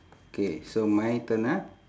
K so my turn ah